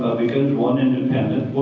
one independent.